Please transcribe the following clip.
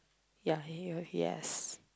ya he will yes